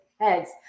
heads